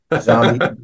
Zombie